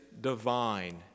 divine